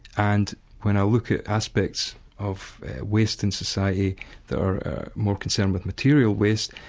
and when i look at aspects of waste in society that are more concerned with material waste,